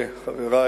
חברי,